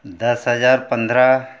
दस हज़ार पंद्रह